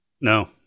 no